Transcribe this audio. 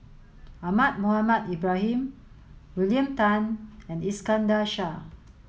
Ahmad Mohamed Ibrahim William Tan and Iskandar Shah